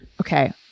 Okay